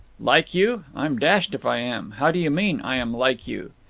like you? i'm dashed if i am! how do you mean? i am like you?